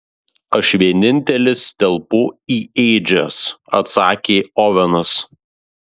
aš vienintelis telpu į ėdžias atsakė ovenas